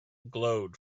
glowed